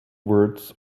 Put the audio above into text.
words